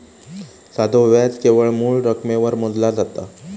साधो व्याज केवळ मूळ रकमेवर मोजला जाता